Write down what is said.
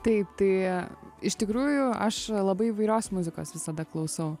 taip tai iš tikrųjų aš labai įvairios muzikos visada klausau